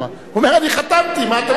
הוא אומר: אני חתמתי, מה אתם רוצים.